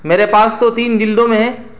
میرے پاس تو تین جلدوں میں ہے